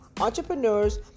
entrepreneurs